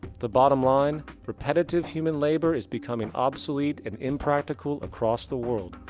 the bottom line repetitive human labor is becoming obsolete and impractical across the world.